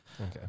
Okay